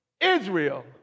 Israel